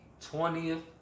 20th